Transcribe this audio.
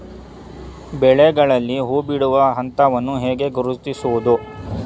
ಬೆಳೆಗಳಲ್ಲಿ ಹೂಬಿಡುವ ಹಂತವನ್ನು ಹೇಗೆ ಗುರುತಿಸುವುದು?